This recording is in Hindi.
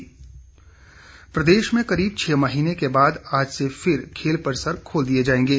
खेल गतिविधियां प्रदेश में करीब छह महीने के बाद आज से फिर खेल परिसर खोल दिए जाएंगे